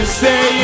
say